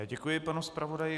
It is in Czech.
Já děkuji panu zpravodaji.